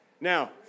Now